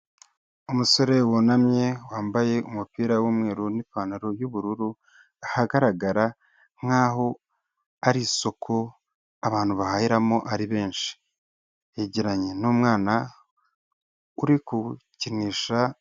Umusore wunamye wambaye umupira w'umweru n'ipantaro y'ubururu ahagaragara nk'aho ari isoko abantu bahahiramo ari benshi yegeranye n'umwana uri gukinisha.